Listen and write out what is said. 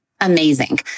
amazing